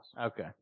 Okay